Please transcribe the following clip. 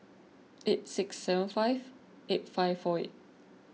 eight six seven five eight five four eight